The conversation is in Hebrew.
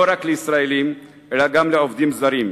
רק לגבי ישראלים אלא גם לגבי העובדים הזרים.